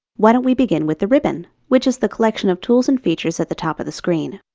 why don't we begin with the ribbon which is the collection of tools and features at the top of the screen?